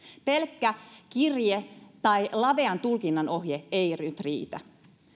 pelkkä kirje tai lavean tulkinnan ohje ei nyt riitä